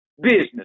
business